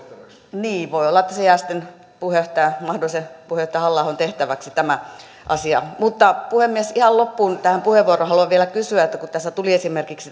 niin voi olla että jää sitten mahdollisen puheenjohtajan halla ahon tehtäväksi tämä asia mutta puhemies ihan tähän puheenvuoron loppuun haluan vielä kysyä kun tässä tuli esille esimerkiksi